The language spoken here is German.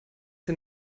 den